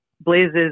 Blaze's